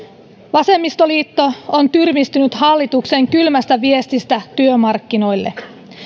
vasemmistoliitto on tyrmistynyt hallituksen kylmästä viestistä työmarkkinoille